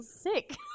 sick